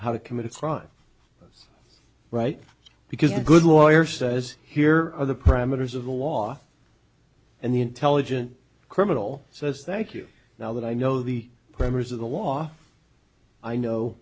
how to commit a crime right because the good lawyer says here are the parameters of the law and the intelligent criminal says that you now that i know the premise of the law i know